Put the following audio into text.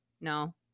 No